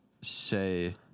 say